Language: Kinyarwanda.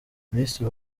minisitiri